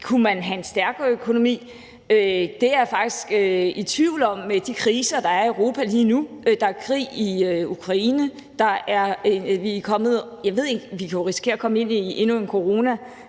Kunne man have en stærkere økonomi? Det er jeg faktisk i tvivl om med de kriser, der er i Europa lige nu. Der er krig i Ukraine. Vi kan jo risikere at komme ind i endnu en